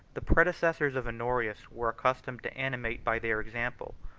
the predecessors of honorius were accustomed to animate by their example,